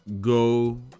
go